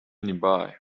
nearby